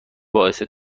باعث